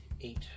Eight